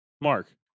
Mark